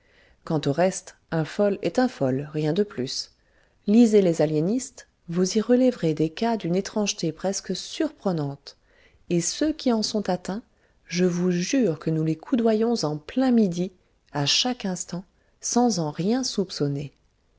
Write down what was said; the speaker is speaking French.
quant au reste un fol est un fol rien de plus lisez les aliénistes vous y relèverez des cas d'une étrangeté presque aussi surprenante et ceux qui en sont atteints je vous jure que nous les coudoyons en plein midi à chaque instant sans en rien soupçonner